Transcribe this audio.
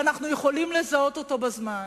ואנחנו יכולים לזהות אותו בזמן,